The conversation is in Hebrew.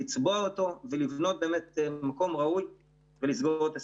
לצבוע אותו ולבנות מקום ראוי ולסגור את הסיפור.